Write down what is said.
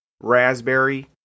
raspberry